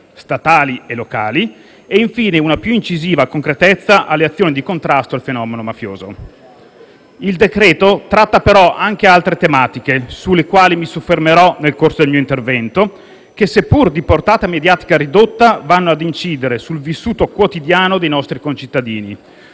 statali e locali e, infine, una più incisiva concretezza alle azioni di contrasto al fenomeno mafioso. Il decreto-legge tratta però anche altre tematiche, sulle quali mi soffermerò nel corso del mio intervento, che seppur di portata mediatica ridotta, vanno ad incidere sul vissuto quotidiano dei nostri concittadini.